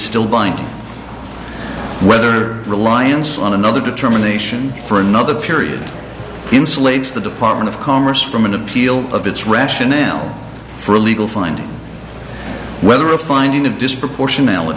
still buying whether reliance on another determination for another period insulates the department of commerce from an appeal of its rationale for a legal finding whether a finding of disproportiona